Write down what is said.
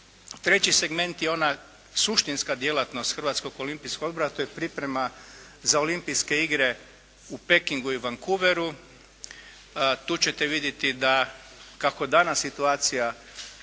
Treći segment je ona suštinska djelatnost Hrvatskog olimpijskog odbora, a to je priprema za Olimpijske igre u Pekingu i Vancouveru. Tu ćete vidjeti da, kako danas situacija